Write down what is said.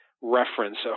reference